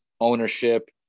ownership